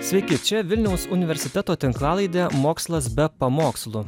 sveiki čia vilniaus universiteto tinklalaidė mokslas be pamokslų